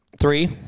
Three